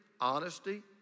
honesty